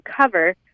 cover